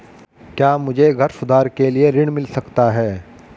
क्या मुझे घर सुधार के लिए ऋण मिल सकता है?